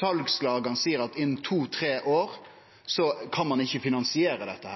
Salslaga seier at ein innan to–tre år ikkje kan finansiere dette.